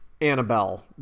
Annabelle